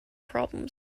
problems